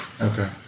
Okay